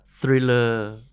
thriller